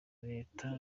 leta